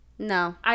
No